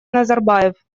назарбаев